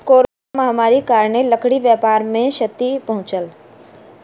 corona महामारीक कारणेँ लकड़ी व्यापार के क्षति पहुँचल